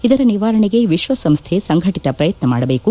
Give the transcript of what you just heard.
ಇದರ ನಿವಾರಣೆಗೆ ವಿಶ್ವಸಂಸ್ಥೆ ಸಂಘಟಿತ ಪ್ರಯತ್ನ ಮಾಡಬೇಕು